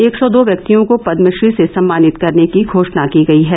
एक सौ दो व्यक्तियों को पदमश्री से सम्मानित करने की घोषणा की गई है